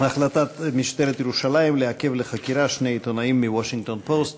החלטת משטרת ירושלים לעכב לחקירה שני עיתונאים מה"וושינגטון פוסט".